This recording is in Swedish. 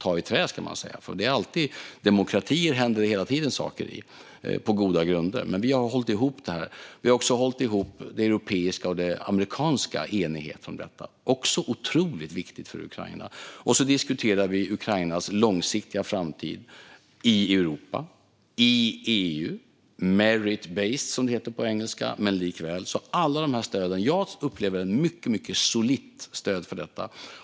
Ta i trä, ska man säga, för i demokratier händer det hela tiden saker, på goda grunder. Men vi har hållit ihop detta. Vi har också hållit ihop den europeiska och amerikanska enigheten om detta. Det är också otroligt viktigt för Ukraina. Och så diskuterar vi Ukrainas långsiktiga framtid i Europa, i EU, merit-based, som det heter på engelska. Det handlar om alla dessa stöd. Jag upplever ett mycket solitt stöd för detta.